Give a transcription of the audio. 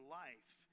life